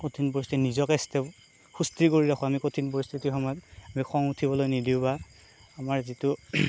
কঠিন পৰিস্থিতিত নিজকে সুস্থিৰ কৰি ৰাখো আমি কঠিন পৰিস্থিতিৰ সময়ত আমি খং উঠিবলৈ নিদিওঁ বা আমাৰ যিটো